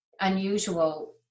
unusual